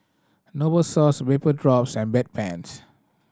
Novosource Vapodrops and Bedpans